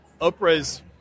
Oprah's